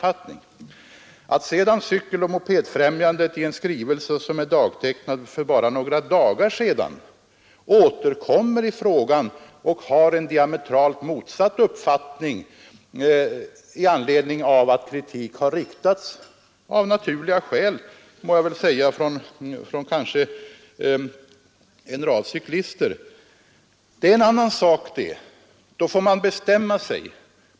Att sedan Cykeloch mopedfrämjandet i en skrivelse som är daterad för bara några dagar sedan återkommer i frågan och har en diametralt motsatt uppfattning i anledning av att kritik har riktats — av naturliga skäl, må jag väl säga — från en rad cyklister, det är en annan sak. Då får man bestämma sig.